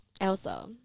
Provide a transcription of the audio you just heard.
Elsa